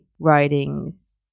writings